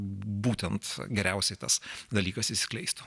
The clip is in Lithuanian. būtent geriausiai tas dalykas išsiskleistų